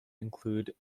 include